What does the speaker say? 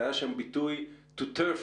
והיה שם ביטוי: to turf them.